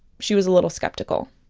she was a little skeptical